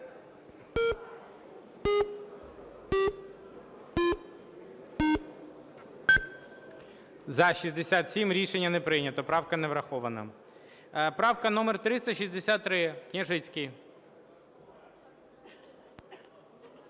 За-67 Рішення не прийнято. Правка не врахована. Правка номер 363, Княжицький.